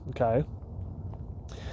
okay